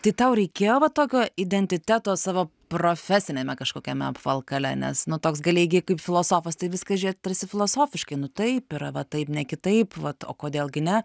tai tau reikėjo va tokio identiteto savo profesiniame kažkokiame apvalkale nes nu toks galėjai gi kaip filosofas tai viską žiūrėt tarsi filosofiškai nu taip yra va taip ne kitaip vat o kodėl gi ne